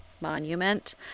monument